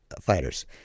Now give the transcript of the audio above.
fighters